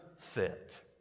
fit